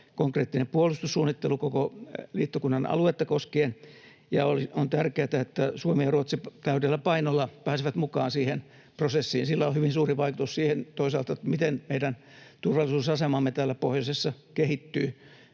konkreettinen puolustussuunnittelu koko liittokunnan aluetta koskien. On tärkeätä, että Suomi ja Ruotsi täydellä painolla pääsevät mukaan siihen prosessiin. Sillä on toisaalta hyvin suuri vaikutus siihen, miten meidän turvallisuusasemamme täällä pohjoisessa kehittyy,